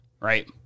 Right